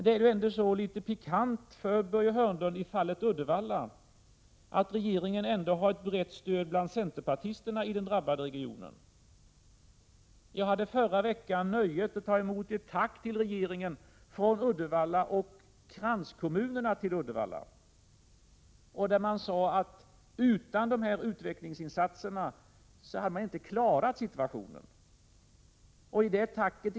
Det är ändå litet genant för Börje Hörnlund i fallet Uddevalla att regeringen har ett brett stöd från centerpartisterna i den drabbade regionen. Förra veckan hade jag nöjet att ta emot ett tack till regeringen från Uddevalla och kranskommunerna till Uddevalla. Där sade man att man inte hade klarat situationen utan dessa utvecklingsinsatser.